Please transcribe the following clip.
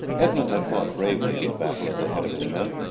edmund had fought bravely in the battle at the head of his men.